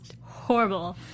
horrible